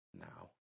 now